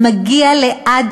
מגיע עד